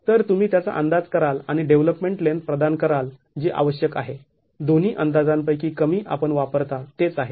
तर तुम्ही त्याचा अंदाज कराल आणि डेव्हलपमेंट लेन्थ प्रदान कराल जी आवश्यक आहे दोन्ही अंदाजांपैकी कमी आपण वापरता तेच आहे